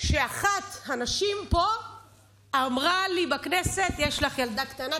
כשאחת הנשים פה אמרה לי בכנסת: "יש לך ילדה קטנה,